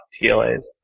TLAs